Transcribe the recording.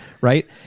right